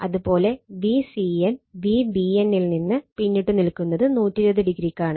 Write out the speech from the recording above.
അത്പോലെ Vcn Vbn ൽ നിന്ന് പിന്നിട്ട് നിൽക്കുന്നത് 120o ക്കാണ്